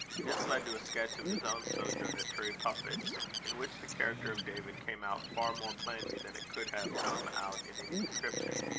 this led to a sketch of his own sojourn at turriepuffit in which the character of david came out far more plainly than it could have come out in any description.